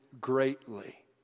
greatly